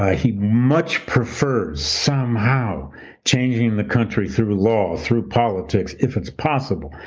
ah he much prefers somehow changing the country through law, through politics, if it's possible.